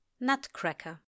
NUTCRACKER